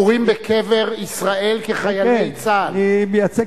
קבורים בקבר ישראל כחללי צה"ל.